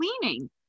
cleaning